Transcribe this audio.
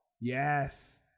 Yes